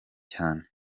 cyane